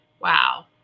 Wow